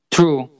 True